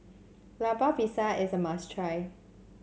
Lemper Pisang is a must try